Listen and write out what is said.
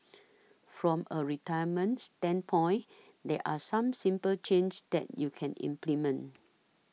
from a retirement standpoint there are some simple changes that you can implement